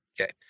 okay